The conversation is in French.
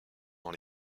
dans